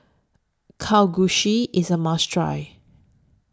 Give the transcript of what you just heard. Kalguksu IS A must Try